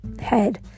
head